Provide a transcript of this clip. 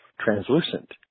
translucent